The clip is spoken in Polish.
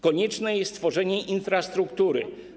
Konieczne jest stworzenie infrastruktury.